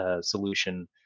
solution